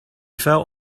felt